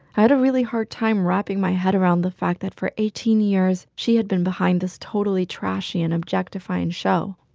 i had a really hard time wrapping my head around the fact that for eighteen years, she had been behind this totally trashy and objectifying show.